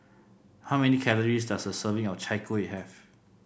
how many calories does a serving of Chai Kueh have